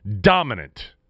Dominant